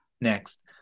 next